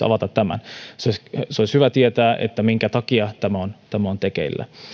avata esimerkiksi tämän olisi hyvä tietää minkä takia tämä on tämä on tekeillä